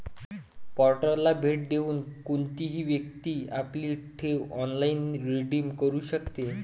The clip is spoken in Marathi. पोर्टलला भेट देऊन कोणतीही व्यक्ती आपली ठेव ऑनलाइन रिडीम करू शकते